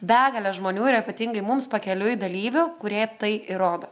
begalė žmonių ir ypatingai mums pakeliui dalyvių kurie tai įrodo